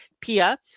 Pia